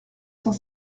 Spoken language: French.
cent